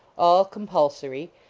all compulsory,